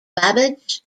babbage